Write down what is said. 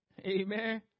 Amen